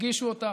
תגישו אותה,